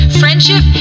friendship